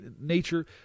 nature